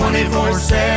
24-7